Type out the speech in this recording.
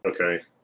Okay